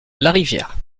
larivière